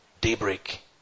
Daybreak